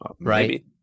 Right